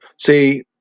see